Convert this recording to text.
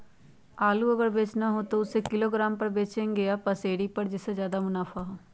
आलू अगर बेचना हो तो हम उससे किलोग्राम पर बचेंगे या पसेरी पर जिससे ज्यादा मुनाफा होगा?